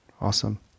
awesome